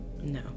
no